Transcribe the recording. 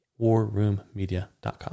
WarRoomMedia.com